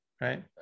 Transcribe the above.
right